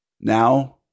Now